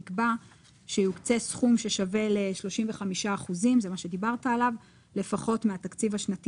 נקבע שיוקצה סכום ששווה ל-35% לפחות מהתקציב השנתי